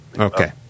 okay